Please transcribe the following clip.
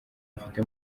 mfite